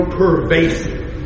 pervasive